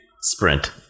Sprint